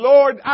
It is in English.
Lord